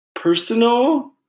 personal